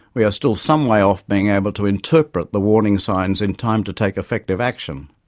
we are still some way off being able to interpret the warning signs in time to take effective action.